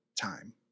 time